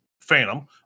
phantom